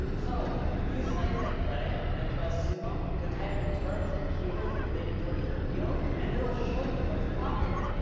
so use sites like reddit and buzzsumo to type in terms and keywords related towards your field and it'll show you what's popular.